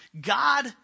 God